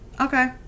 Okay